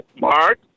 Mark